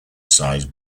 size